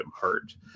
hurt